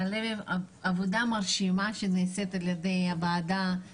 האחרים באים מנושאים קשורים ומקבלים משכורת.